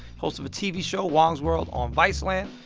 host of a tv show, huang's world, on viceland,